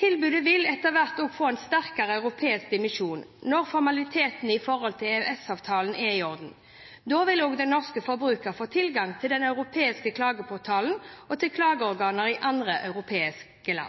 Tilbudet vil etter hvert også få en sterkere europeisk dimensjon når formalitetene knyttet til EØS-avtalen er i orden. Da vil også den norske forbruker få tilgang til den europeiske klageportalen og til klageorganer i